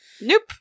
Nope